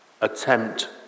Attempt